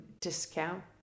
discount